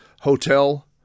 Hotel